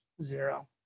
Zero